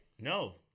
No